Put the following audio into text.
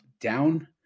down